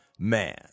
Man